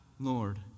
Lord